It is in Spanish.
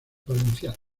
valenciana